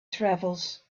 travels